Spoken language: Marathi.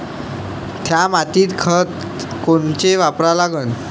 थ्या मातीत खतं कोनचे वापरा लागन?